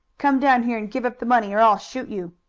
come down here and give up the money or i'll shoot you.